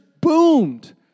boomed